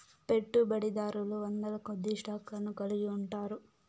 పెట్టుబడిదారులు వందలకొద్దీ స్టాక్ లను కలిగి ఉంటారు